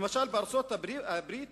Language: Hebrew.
למשל, בארצות-הברית